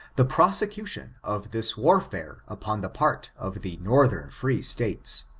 the prosecution of this warfare upon the part of the northern free states,